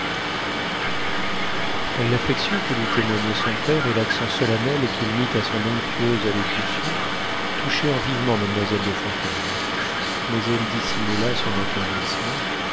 blancs l'affection que lui témoignait son père et l'accent solennel qu'il mit à son onctueuse allocution touchèrent vivement mademoiselle de fontaine mais elle dissimula son attendrissement